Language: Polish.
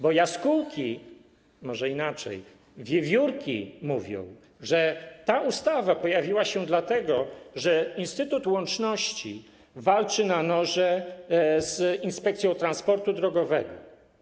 Bo jaskółki, może inaczej, wiewiórki mówią, że ta ustawa pojawiła się dlatego, że Instytut Łączności walczy na noże z Inspekcją Transportu Drogowego.